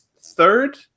third